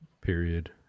period